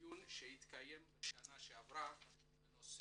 לדיון שהתקיים בשנה שעברה בנושא.